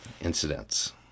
incidents